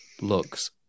looks